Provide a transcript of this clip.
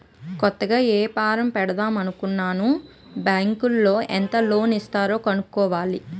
కొత్తగా ఏపారం పెడదామనుకుంటన్నాను బ్యాంకులో ఎంత లోను ఇస్తారో కనుక్కోవాల